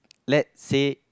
let say